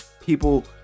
people